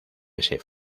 ese